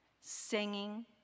singing